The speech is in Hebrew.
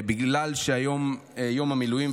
בגלל שהיום זה יום המילואים,